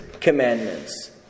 commandments